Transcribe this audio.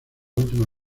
última